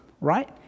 right